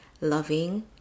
loving